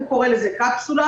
הוא קורא לזה קפסולה,